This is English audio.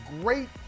great